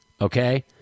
okay